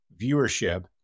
viewership